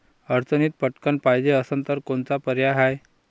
अडचणीत पटकण पायजे असन तर कोनचा पर्याय हाय?